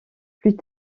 plus